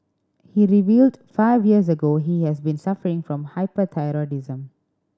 he revealed five years ago he has been suffering from hyperthyroidism